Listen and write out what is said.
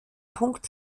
punkt